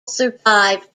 survive